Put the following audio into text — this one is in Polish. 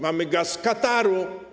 Mamy gaz z Kataru.